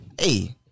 Hey